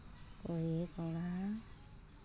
ᱠᱩᱲᱤᱼᱠᱚᱲᱟ